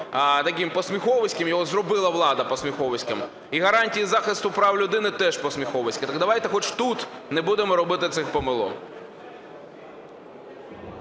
таким посміховиськом, його зробила влада посміховиськом, і гарантії захисту прав людини теж посміховисько. Так давайте хоч тут не будемо робити цих помилок.